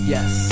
Yes